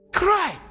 cry